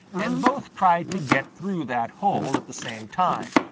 and both tried to get through that hole at the same time.